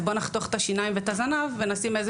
אז בוא נחתוך את השיניים ואת הזנב ונשים איזה